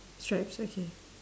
stripes okay